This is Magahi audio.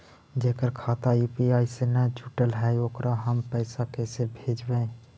जेकर खाता यु.पी.आई से न जुटल हइ ओकरा हम पैसा कैसे भेजबइ?